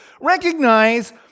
recognize